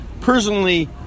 personally